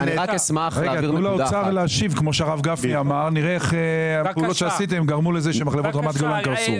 נראה איך הפעולות שעשיתם גרמו לכך שמחלבות הגולן קרסו.